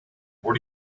what